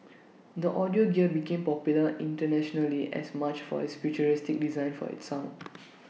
the audio gear became popular internationally as much for its futuristic design for its sound